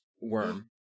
worm